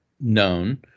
known